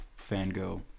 fangirl